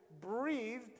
breathed